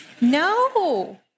No